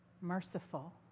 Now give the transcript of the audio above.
merciful